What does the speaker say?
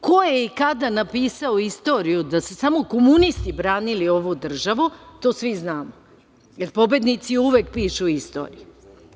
Ko je i kada napisao istoriju da su samo komunisti branili ovu državu to svi znamo, jer pobednici uvek pišu istoriju.